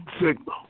signal